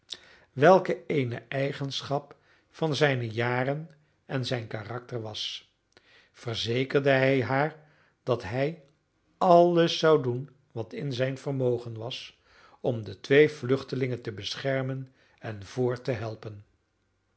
welke eene eigenschap van zijne jaren en zijn karakter was verzekerde hij haar dat hij alles zou doen wat in zijn vermogen was om de twee vluchtelingen te beschermen en voort te helpen